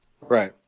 Right